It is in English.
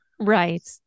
Right